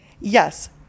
yes